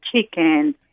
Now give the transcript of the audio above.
chicken